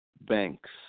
Banks